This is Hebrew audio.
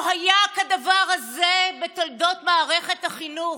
לא היה כדבר הזה בתולדות מערכת החינוך.